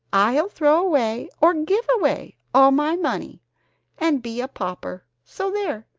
i'll throw away or give away all my money and be a pauper, so there!